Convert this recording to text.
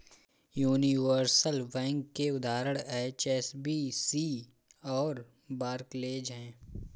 universal bank के उदाहरण HSBC और बार्कलेज हैं